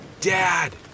Dad